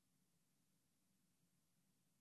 השכל, אינה נוכחת מיכל